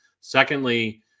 secondly